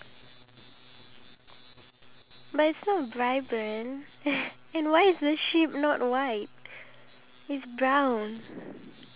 that's why they put the picture of the sheep outside the store so that they can ya make the shirts out of wool